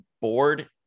board